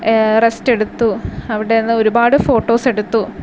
rest എടുത്തു അവിടെ നിന്ന് ഒരുപാട് ഫോട്ടോസ് എടുത്തു